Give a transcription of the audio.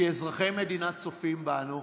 כי אזרחי המדינה צופים בנו.